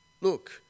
Look